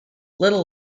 little